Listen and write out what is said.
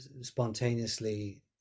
spontaneously